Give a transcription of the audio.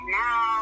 now